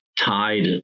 tied